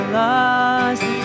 lost